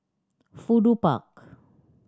Fudu Park